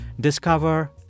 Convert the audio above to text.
Discover